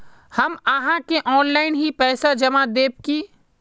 हम आहाँ के ऑनलाइन ही पैसा जमा देब की?